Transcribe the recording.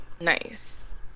Nice